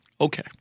Okay